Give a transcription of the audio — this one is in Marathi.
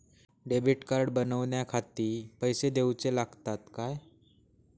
डेबिट कार्ड बनवण्याखाती पैसे दिऊचे लागतात काय?